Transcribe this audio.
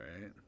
right